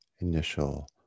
initial